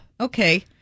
okay